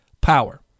power